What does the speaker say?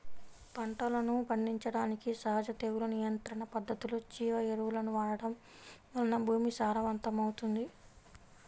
పంటలను పండించడానికి సహజ తెగులు నియంత్రణ పద్ధతులు, జీవ ఎరువులను వాడటం వలన భూమి సారవంతమవుతుంది